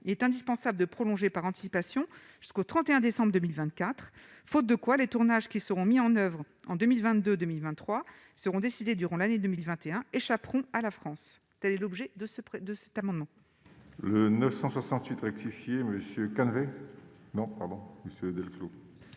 il est indispensable de prolonger par anticipation, jusqu'au 31 décembre 2024, faute de quoi les tournages qui seront mis en oeuvre en 2022 2023 seront décidées durant l'année 2021 échapperont à la France, telle est l'objet de ce prêt de cet amendement. 968 rectifié Monsieur non pardon Monsieur